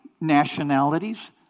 nationalities